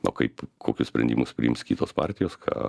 o kaip kokius sprendimus priims kitos partijos ką